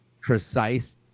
precise